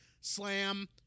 slam